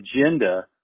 agenda